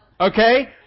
Okay